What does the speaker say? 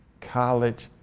College